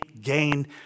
gain